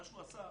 מה שהוא עשה,